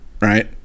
Right